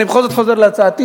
אני בכל זאת חוזר להצעתי,